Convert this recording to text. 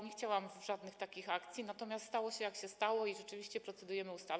Nie chciałam żadnych takich akcji, natomiast stało się, jak się stało, i rzeczywiście procedujemy nad ustawą.